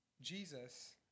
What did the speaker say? Jesus